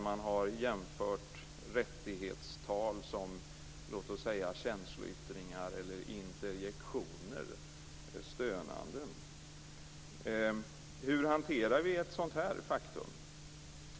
Man har jämfört rättighetstal som känsloyttringar, interjektioner, stönanden. Hur hanterar vi ett sådant faktum?